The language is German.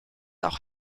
auch